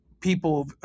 people